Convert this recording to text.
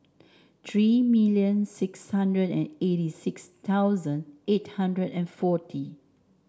three million six hundred and eighty six thousand eight hundred and forty